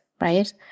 right